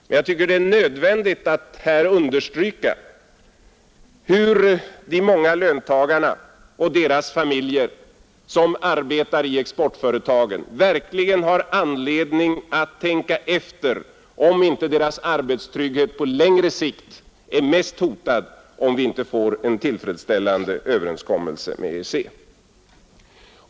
Men jag tycker att det är nödvändigt att här understryka hur de många löntagarna och deras familjer som arbetar i exportföretagen verkligen har anledning att tänka efter, om inte deras arbetstrygghet på längre sikt är mest hotad, om vi inte får en tillfredsställande överenskommelse med EEC.